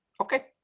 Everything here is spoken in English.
okay